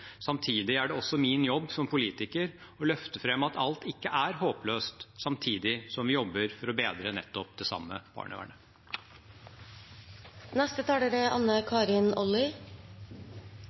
Samtidig er det også er min jobb som politiker å løfte fram at alt ikke er håpløst – samtidig som vi jobber for å bedre nettopp det samme